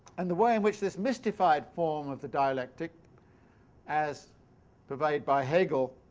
and the way in which this mystified form of the dialectic as purveyed by hegel,